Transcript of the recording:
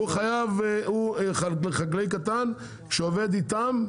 חקלאי קטן שעובד איתם,